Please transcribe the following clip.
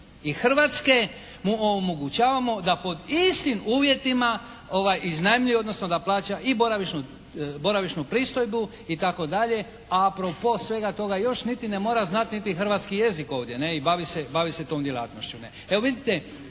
i Hrvatske mu omogućavamo da pod istim uvjetima iznajmljuje odnosno i da plaća boravišnu pristojbu itd. a a propos svega toga još niti ne mora znati niti hrvatski jezik tome i bavi se tom djelatnošću.